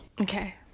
Okay